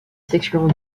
section